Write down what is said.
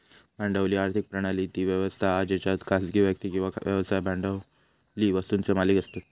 भांडवली आर्थिक प्रणाली ती व्यवस्था हा जेच्यात खासगी व्यक्ती किंवा व्यवसाय भांडवली वस्तुंचे मालिक असतत